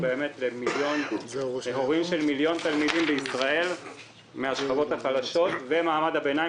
באמת להורים של מיליון תלמידים בישראל מהשכבות החלשות ומעמד הביניים,